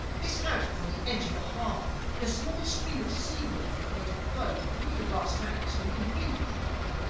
this house was on the edge of the harbor and a small stream of sea-water was made to flow through the glass tank so we could breathe properly.